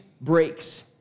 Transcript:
breaks